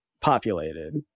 populated